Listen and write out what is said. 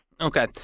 Okay